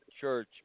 church